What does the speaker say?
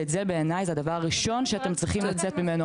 בעיניי, זה הדבר הראשון שאתם צריכים לעשות.